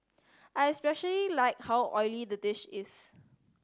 I especially like how oily the dish is